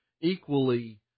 equally